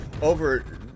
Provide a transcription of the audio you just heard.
Over